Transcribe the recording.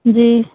जी